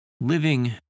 living